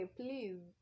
please